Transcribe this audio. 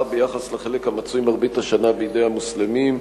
ביחס לחלק המצוי מרבית השנה בידי המוסלמים.